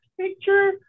picture